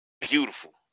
beautiful